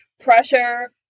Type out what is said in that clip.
pressure